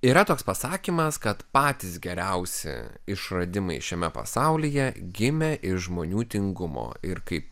yra toks pasakymas kad patys geriausi išradimai šiame pasaulyje gimė iš žmonių tingumo ir kaip